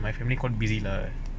my family quite busy lah